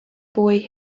boy